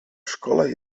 szkole